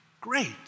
great